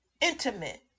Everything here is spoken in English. intimate